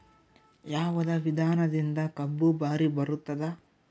ಯಾವದ ವಿಧಾನದಿಂದ ಕಬ್ಬು ಭಾರಿ ಬರತ್ತಾದ?